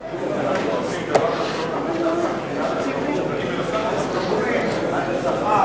האם אנחנו לא עושים דבר יותר נכון דווקא מבחינת הכבוד?